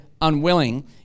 unwilling